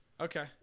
Okay